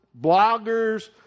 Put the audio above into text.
bloggers